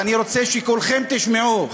ואני רוצה שכולכם תשמעו,